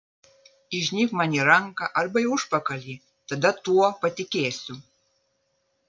įžnybk man į ranką arba į užpakalį tada tuo patikėsiu